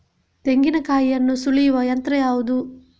ತೆಂಗಿನಕಾಯಿಯನ್ನು ಸುಲಿಯುವ ಯಂತ್ರ ಯಾವುದು?